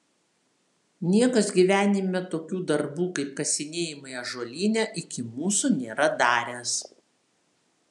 niekas gyvenime tokių darbų kaip kasinėjimai ąžuolyne iki mūsų nėra daręs